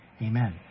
amen